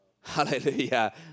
Hallelujah